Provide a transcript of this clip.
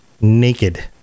naked